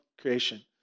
creation